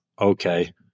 okay